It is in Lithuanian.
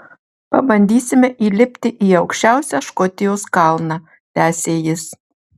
pabandysime įlipti į aukščiausią škotijos kalną tęsė jis